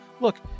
look